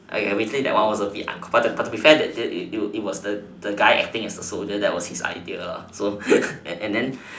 I basically that one was a bit but but to be fair the the one it was the the playing as the soldier was his idea ah and then